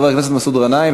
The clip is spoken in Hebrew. חבר הכנסת מסעוד גנאים.